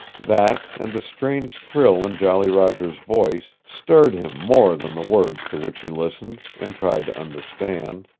that, and the strange thrill in jolly roger's voice, stirred him more than the words to which he listened, and tried to understand.